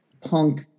punk